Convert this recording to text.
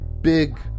big